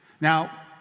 Now